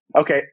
Okay